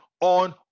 on